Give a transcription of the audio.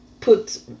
put